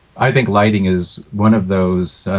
i think lighting is one of those